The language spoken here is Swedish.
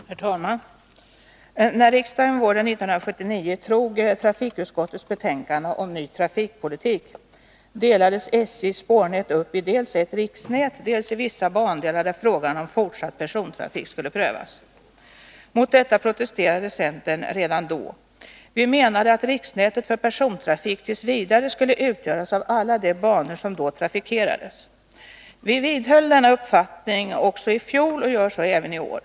Herr talman! När riksdagen våren 1979 fattade beslut om trafikutskottets betänkande om ny trafikpolitik delades SJ:s spårnät upp i dels ett riksnät, dels vissa bandelar där frågan om fortsatt persontrafik skulle prövas. Mot detta protesterade centern redan då. Vi menade att riksnätet för persontrafik t. v. skulle utgöras av alla de banor som då trafikerades. Vi vidhöll denna uppfattning också i fjol, och gör så även i år.